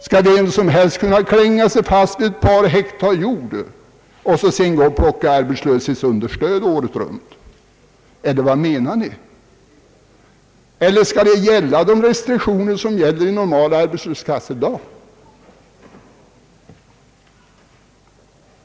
Skall vem som helst kunna klänga sig fast vid ett par hektar jord och sedan gå och lyfta arbetslöshetsunderstöd året runt? Eller skall man tilllämpa de restriktioner som gäller i normala arbetslöshetskassor i dag?